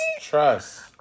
trust